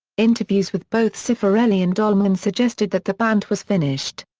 interviews with both cifarelli and dolmayan suggested that the band was finished.